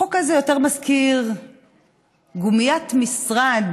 החוק הזה יותר מזכיר גומיית משרד